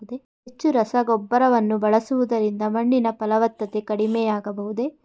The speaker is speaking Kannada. ಹೆಚ್ಚು ರಸಗೊಬ್ಬರವನ್ನು ಬಳಸುವುದರಿಂದ ಮಣ್ಣಿನ ಫಲವತ್ತತೆ ಕಡಿಮೆ ಆಗಬಹುದೇ?